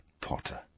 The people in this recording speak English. Potter